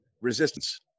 resistance